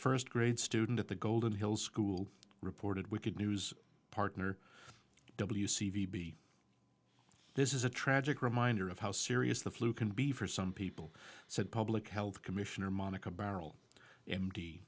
first grade student at the golden hill school reported we could news partner w c v b this is a tragic reminder of how serious the flu can be for some people said public health commissioner monika barrel m d